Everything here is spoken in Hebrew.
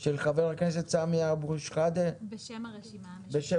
של חבר הכנסת סמי אבו שחאדה בשם הרשימה.